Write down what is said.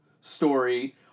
story